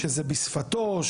שזה בשפתו,